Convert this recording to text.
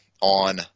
on